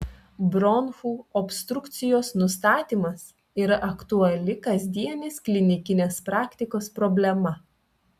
bronchų obstrukcijos nustatymas yra aktuali kasdienės klinikinės praktikos problema